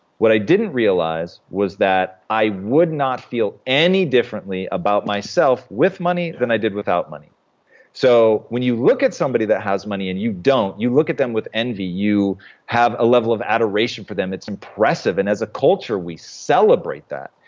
what i didn't realize was that i would not feel any differently about myself with money than i did without money so when you look at somebody that has money and you don't, you look at them with envy. you have a level of adoration for them. it's impressive. and as a culture we celebrate that.